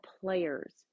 players